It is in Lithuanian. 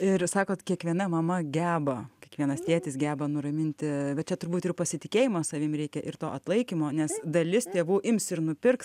ir sakot kiekviena mama geba kiekvienas tėtis geba nuraminti bet čia turbūt ir pasitikėjimo savimi reikia ir to atlaikymo nes dalis tėvų ims ir nupirks